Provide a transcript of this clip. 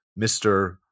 Mr